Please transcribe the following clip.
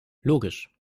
logisch